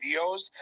videos